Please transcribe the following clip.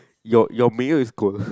your your mirror is cold